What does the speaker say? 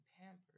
pampered